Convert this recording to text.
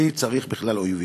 מי צריך בכלל אויבים.